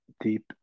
deep